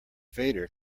vader